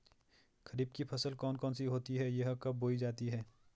खरीफ की फसल कौन कौन सी होती हैं यह कब बोई जाती हैं?